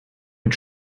mit